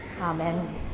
amen